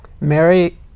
Mary